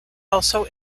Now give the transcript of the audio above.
also